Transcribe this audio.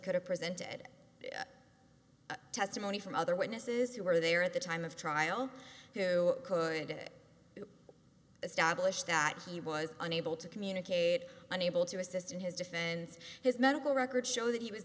could have presented testimony from other witnesses who were there at the time of trial who could establish that he was unable to communicate unable to assist in his defense his medical records show that he was